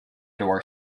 door